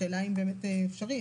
השאלה אם באמת אפשרי,